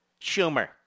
Schumer